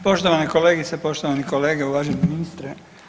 Poštovane kolegice, poštovani kolege, uvaženi ministre.